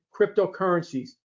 cryptocurrencies